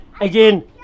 again